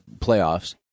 playoffs